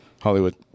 Hollywood